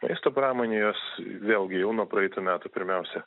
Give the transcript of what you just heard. maisto pramonė jos vėlgi jau nuo praeitų metų pirmiausia